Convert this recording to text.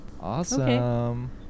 Awesome